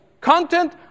content